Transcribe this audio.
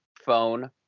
phone